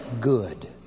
good